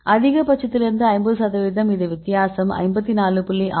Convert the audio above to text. அதிகபட்சத்திலிருந்து 50 சதவீதம் இது வித்தியாசம் 54